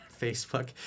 Facebook